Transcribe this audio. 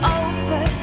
over